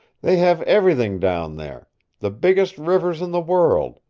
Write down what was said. they have everything down there the biggest rivers in the world,